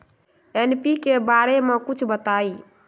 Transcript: NPK बारे म कुछ बताई?